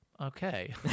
Okay